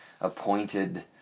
appointed